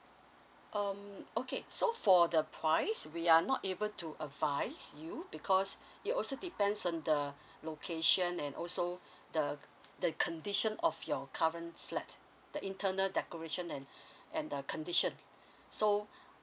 um okay so for the price we are not able to advise you because it also depends on the location and also the the condition of your current flat the internal decoration and and the condition so